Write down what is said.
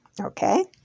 Okay